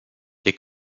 wir